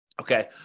Okay